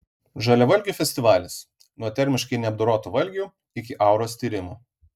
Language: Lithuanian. žaliavalgių festivalis nuo termiškai neapdorotų valgių iki auros tyrimų